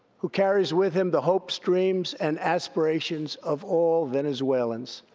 who carries with him the hopes, dreams, and aspirations of all venezuelans.